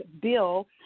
bill